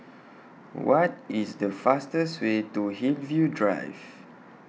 What IS The fastest Way to Hillview Drive